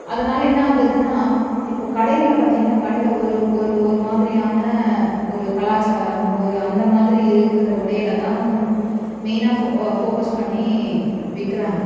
அதனால் என்ன ஆகுதுன்னால் இப்போது கடையில் பார்த்தீங்கன்னா கடையில் ஒரு ஒரு ஒரு மாதிரியான ஒரு கலாச்சாராமோ ஒரு அந்தமாதிரி இருக்கிற உடையில் தான் வந்து மெயினாக ஃபோ ஃபோக்கஸ் பண்ணி விற்கிறாங்க